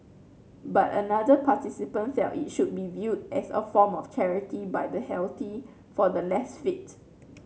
but another participant felt it should be viewed as a form of charity by the healthy for the less fit